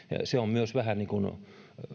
se on myös vähän niin kuin